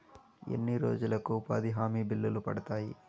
ఎన్ని రోజులకు ఉపాధి హామీ బిల్లులు పడతాయి?